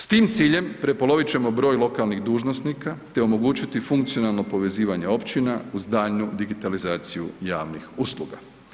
S tim ciljem prepolovit ćemo broj lokalnih dužnosnika, te omogućiti funkcionalno povezivanje općina uz daljnju digitalizaciju javnih usluga.